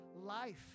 life